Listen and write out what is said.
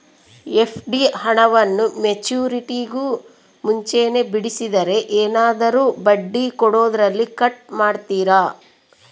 FD ಹಣವನ್ನು ಮೆಚ್ಯೂರಿಟಿಗೂ ಮುಂಚೆನೇ ಬಿಡಿಸಿದರೆ ಏನಾದರೂ ಬಡ್ಡಿ ಕೊಡೋದರಲ್ಲಿ ಕಟ್ ಮಾಡ್ತೇರಾ?